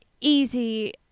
easy